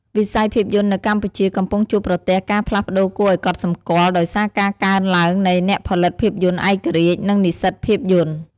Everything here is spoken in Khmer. វិស័យភាពយន្តនៅកម្ពុជាកំពុងជួបប្រទះការផ្លាស់ប្តូរគួរឱ្យកត់សម្គាល់ ដោយសារការកើនឡើងនៃ អ្នកផលិតភាពយន្តឯករាជ្យ និងនិស្សិតភាពយន្ត។